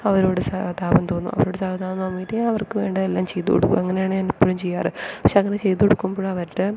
അവരോട് സഹതാപം തോന്നും അവരോട് സഹതാപം തോന്നിയിട്ട് അവർക്ക് വേണ്ടത് എല്ലാം ചെയ്ത് കൊടുക്കും അങ്ങനെയാണ് ഞാൻ എപ്പോഴും ചെയ്യാറ് പക്ഷെ അങ്ങനെ ചെയ്തു കൊടുക്കുമ്പോൾ അവരുടെ